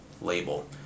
label